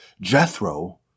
Jethro